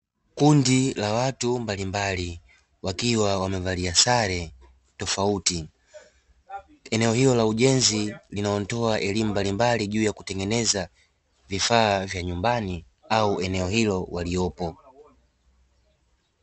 Kundi la watu mbalimbali wakiwa wamevalia sare tofauti. Eneo hilo la ujenzi linalotoa elimu mbalimbali juu ya kutengeneza vifaa vya nyumbani au eneo hilo waliopo.